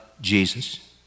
Jesus